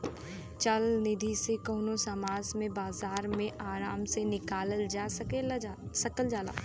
चल निधी से कउनो समान के बाजार मे आराम से निकालल जा सकल जाला